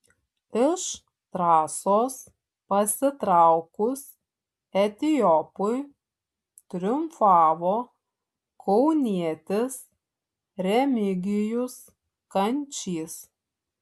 iš trasos pasitraukus etiopui triumfavo kaunietis remigijus kančys